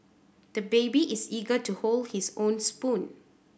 the baby is eager to hold his own spoon